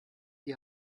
die